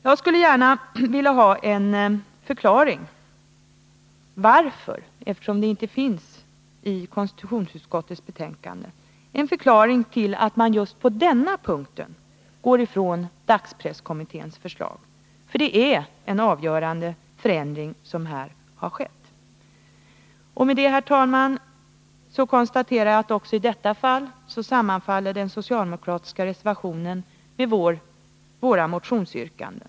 Jag skulle gärna vilja ha en förklaring till att man just på denna punkt går ifrån dagspresskommitténs förslag, eftersom någon sådan förklaring inte finns i konstitutionsutskottets betänkande — och det är en avgörande förändring som har skett. Med detta, herr talman, konstaterar jag att också i det här avseendet sammanfaller den socialdemokratiska reservationen med våra motionsyrkanden.